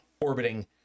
orbiting